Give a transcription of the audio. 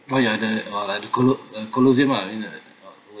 oh ya the about the colo~ colosseum ah ain't it